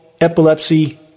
epilepsy